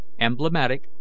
emblematic